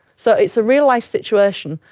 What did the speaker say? so it's a real life situation,